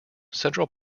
central